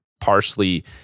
partially